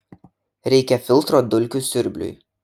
reikia filtro dulkių siurbliui